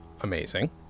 Amazing